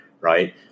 right